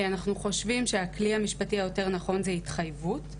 אנחנו חושבים שהכלי המשפטי היותר נכון זה התחייבות,